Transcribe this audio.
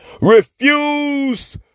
Refuse